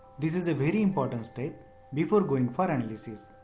this is a very important step before going for an analysis.